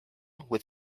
with